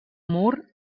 mur